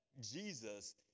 Jesus